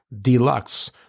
Deluxe